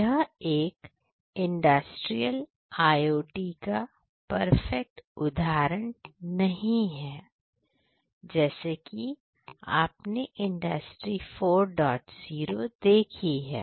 यह एक industrial IOT का परफेक्ट उदाहरण नहीं है जैसा कि आपने इंडस्ट्री 40 देखी है